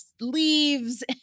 leaves